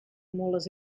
mules